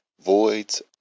Voids